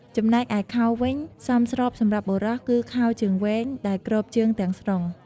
ចំំណែកឯខោដែលសមស្របសម្រាប់បុរសគឺខោជើងវែង ដែលគ្របជើងទាំងស្រុង។